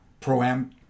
Pro-Am